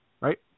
Right